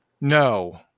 No